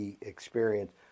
experience